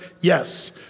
Yes